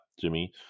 Jimmy